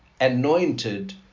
anointed